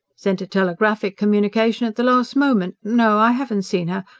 sent a telegraphic communication at the last moment. no, i haven't seen her.